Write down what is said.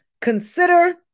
Consider